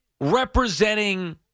representing